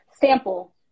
sample